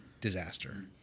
disaster